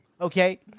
okay